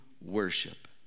worship